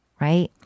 right